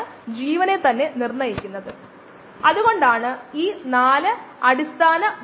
ഈ രീതികൾക്ക് സമയമെടുക്കും പ്ലേറ്റിംഗ് രീതിക്ക് സമയമെടുക്കും